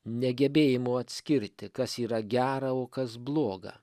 negebėjimo atskirti kas yra gera o kas bloga